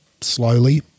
slowly